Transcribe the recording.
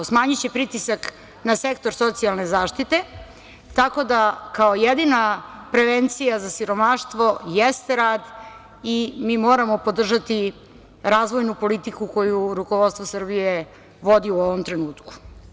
Naime, smanjiće pritisak na sektor socijalne zaštite, tako da kao jedina prevencija za siromaštvo jeste rad i mi moramo podržati razvojnu politiku koju rukovodstvo Srbije vodi u ovom trenutku.